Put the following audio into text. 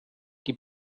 die